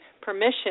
permission